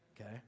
Okay